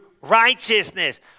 righteousness